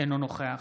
אינו נוכח